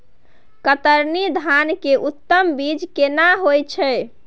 कतरनी धान के उन्नत बीज केना होयत छै?